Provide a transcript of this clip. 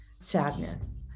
sadness